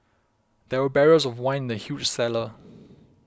there were barrels of wine in the huge cellar